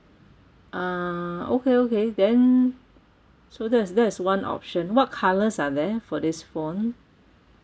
uh okay okay then so that is that is one option what colours are there for this phone